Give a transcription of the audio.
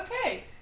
Okay